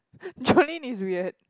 Jolene is weird